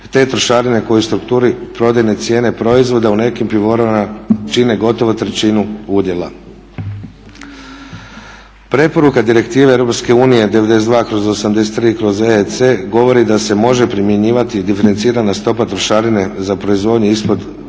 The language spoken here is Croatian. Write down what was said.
i trošarine koje u strukturi prodajne cijene proizvoda u nekim pivovarama čine gotovo trećinu udjela. Preporuka Direktive Europske unije 92/83/EEC govori da se može primjenjivati diferencirana stopa trošarine za proizvodnju ispod 200